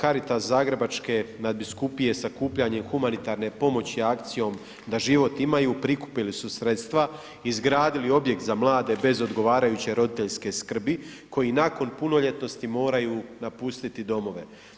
Caritas Zagrebačke nadbiskupije sakupljanjem humanitarne pomoći akcijom Da život imaju prikupili su sredstva, izgradili objekt za mlade bez odgovarajuće roditeljske skrbi koji nakon punoljetnosti moraju napustiti domove.